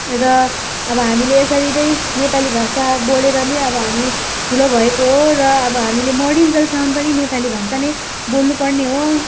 र अब हामीले यसरी नै नेपाली भाषा बोलेर नै अब हामी ठुलो भएको हो र अब हामीले मरिन्जेलसम्म पनि नेपाली भाषा नै बोल्नु पर्ने हो